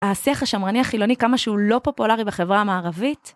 השיח השמרני החילוני כמה שהוא לא פופולרי בחברה המערבית...